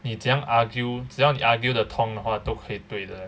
你怎样 argue 这要你 argue 的通的话都可以对的 leh